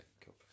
Cool